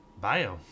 bio